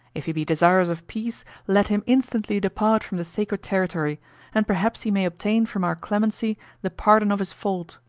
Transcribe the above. if he be desirous of peace, let him instantly depart from the sacred territory and perhaps he may obtain from our clemency the pardon of his fault.